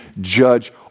judge